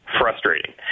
frustrating